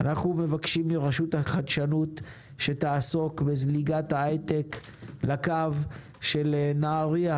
אנחנו מבקשים מרשות החדשנות שתעסוק בזליגת ההייטק לקו של נהריה,